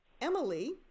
Emily